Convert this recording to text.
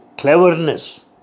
cleverness